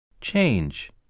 Change